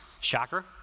chakra